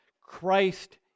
Christ